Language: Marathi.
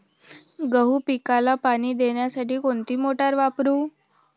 गहू पिकाला पाणी देण्यासाठी कोणती मोटार वापरू?